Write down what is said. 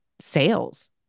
sales